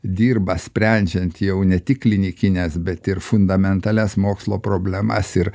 dirba sprendžiant jau ne tik klinikines bet ir fundamentalias mokslo problemas ir